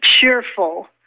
cheerful